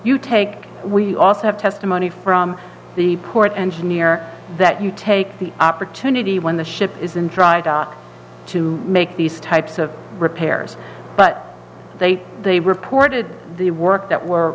you take we also have testimony from the port engineer that you take the opportunity when the ship is in dry dock to make these types of repairs but they they reported the work that were